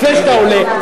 לפני שאתה עולה,